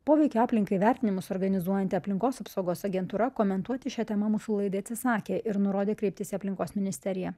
poveikio aplinkai vertinimus organizuojanti aplinkos apsaugos agentūra komentuoti šia tema mūsų laidai atsisakė ir nurodė kreiptis į aplinkos ministeriją